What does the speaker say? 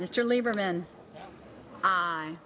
mr lieberman i